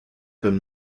been